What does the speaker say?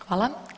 Hvala.